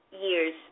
year's